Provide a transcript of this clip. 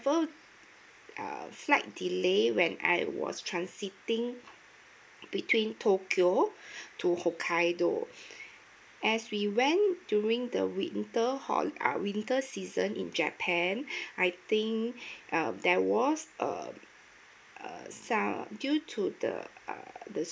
uh flight delay when I was transiting between tokyo to hokkaido as we went during the winter hol~ uh winter season in japan I think um there was uh uh some due to the err the